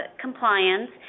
compliance